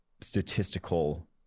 Statistical